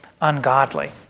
ungodly